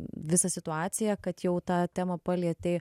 visą situaciją kad jau tą temą palietei